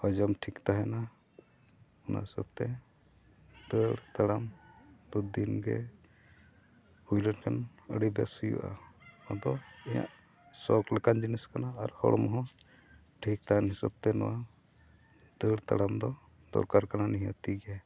ᱦᱚᱡᱚᱢ ᱴᱷᱤᱠ ᱛᱟᱦᱮᱱᱟ ᱚᱱᱟ ᱦᱤᱥᱟᱹᱵᱽᱛᱮ ᱫᱟᱹᱲ ᱛᱟᱲᱟᱢ ᱫᱚ ᱫᱤᱱᱜᱮ ᱦᱩᱭ ᱞᱮᱱᱠᱷᱟᱱ ᱟᱹᱰᱤ ᱵᱮᱥ ᱦᱩᱭᱩᱜᱼᱟ ᱟᱫᱚ ᱤᱧᱟᱹᱜ ᱥᱚᱠᱷ ᱞᱮᱠᱟᱱ ᱡᱤᱱᱤᱥ ᱠᱟᱱᱟ ᱟᱨ ᱦᱚᱲᱢᱚᱦᱚᱸ ᱴᱷᱤᱠ ᱛᱟᱦᱮᱱ ᱦᱤᱥᱟᱹᱵᱽ ᱛᱮ ᱱᱚᱣᱟ ᱫᱟᱹᱲ ᱛᱟᱲᱟᱢ ᱫᱚ ᱫᱚᱨᱠᱟᱨ ᱠᱟᱱᱟ ᱱᱤᱦᱟᱹᱛᱤ ᱜᱮ